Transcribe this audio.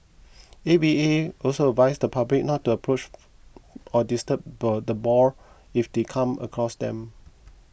A V A also advised the public not to approach or disturb the boar if they come across them